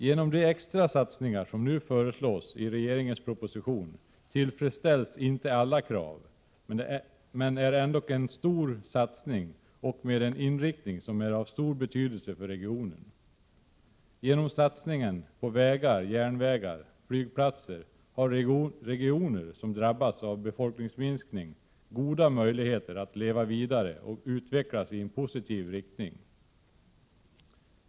Genom de extra satsningar som nu föreslås i regeringens proposition tillfredsställs inte alla krav, men det är ändå en stor satsning med en inriktning som är av stor betydelse för regionen. Genom satsningen på vägar, järnvägar och flygplatser har regioner som drabbats av befolkningsminskning goda möjligheter att leva vidare och utvecklas i en positiv riktning.